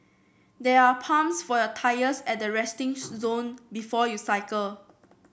there are pumps for your tyres at the resting zone before you cycle